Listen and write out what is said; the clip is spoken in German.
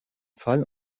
fall